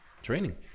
Training